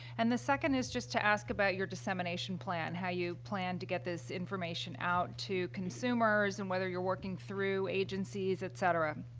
and the second is just to ask about your dissemination plan, how you plan to get this information out to consumers, and whether you're working through agencies, et cetera.